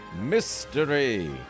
mystery